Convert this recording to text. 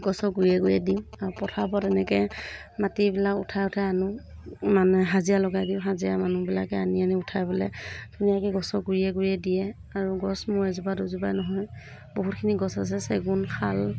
গছৰ গুৰিয়ে গুৰিয়ে দিওঁ আৰু পথাৰৰ পৰা তেনেকৈ মাটিবিলাক উঠাই উঠাই আনো মানে হাজিৰা লগাই দিওঁ হাজিৰা মানুহবিলাকে আনি আনি উঠাই পেলাই ধুনীয়াকৈ গছৰ গুৰিয়ে গুৰিয়ে দিয়ে আৰু গছ মোৰ এজোপা দুজোপা নহয় বহুতখিনি গছ আছে চেগুন শাল